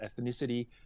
ethnicity